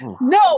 no